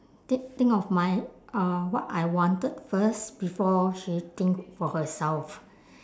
thi~ think of my uh what I wanted first before she think for herself